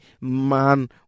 Man